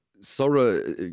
Sora